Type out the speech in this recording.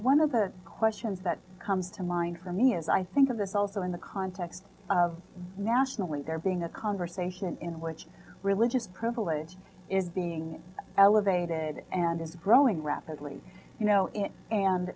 one of the questions that comes to mind her me is i think of this also in the context of national in there being a conversation in which religious privilege is being elevated and it's growing rapidly you know